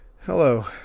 Hello